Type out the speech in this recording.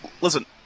listen